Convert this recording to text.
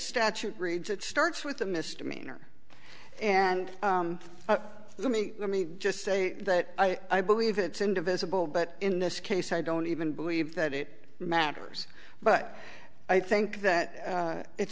statute reads it starts with a misdemeanor and let me let me just say that i believe it's indivisible but in this case i don't even believe that it matters but i think that it